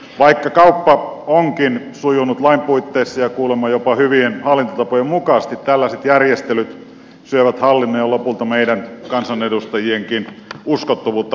vaikka kauppa onkin sujunut lain puitteissa ja kuulemma jopa hyvien hallintotapojen mukaisesti tällaiset järjestelyt syövät hallinnon ja lopulta meidän kansanedustajienkin uskottavuutta pala palalta